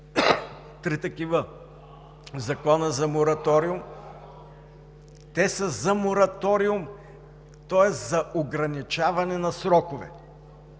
три такива закона за мораториум. Те са за мораториум – тоест за ограничаване на срокове.